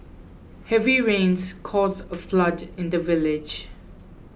heavy rains caused a flood in the village